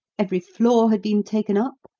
every floor had been taken up,